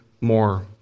more